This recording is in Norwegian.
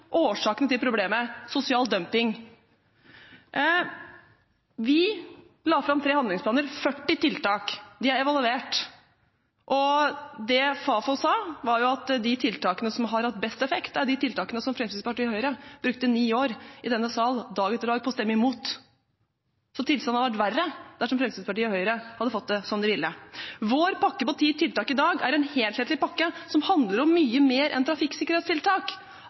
årsakene til problemet: sosial dumping. Vi la fram tre handlingsplaner, 40 tiltak. De er evaluert, og det Fafo sa, var at de tiltakene som har hatt best effekt, er de tiltakene som Fremskrittspartiet og Høyre brukte ni år i denne sal, dag etter dag, på å stemme imot. Så tilstanden hadde vært verre dersom Fremskrittspartiet og Høyre hadde fått det som de ville. Vår pakke på ti tiltak i dag er en helhetlig pakke, som handler om mye mer enn trafikksikkerhetstiltak.